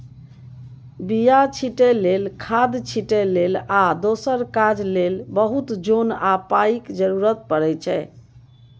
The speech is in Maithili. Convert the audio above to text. बीया छीटै लेल, खाद छिटै लेल आ दोसर काज लेल बहुत जोन आ पाइक जरुरत परै छै